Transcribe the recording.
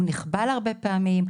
הוא נחבל הרבה פעמים,